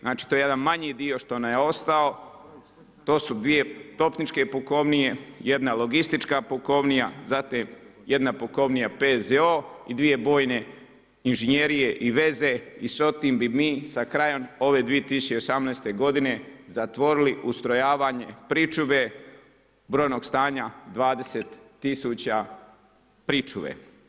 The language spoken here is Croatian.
Znači to je jedan manji dio što nam je ostao, to su 2 topničke pukovnije, jedna je logistička pukovnija, zatim jedna pukovnija PZO i dvije bojene inženjerije i veze i s tim bi mi sa krajem ove 2018. g. zatvorili ustrojavanje pričuve brojnog stanja 20000 pričuve.